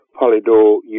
Polydor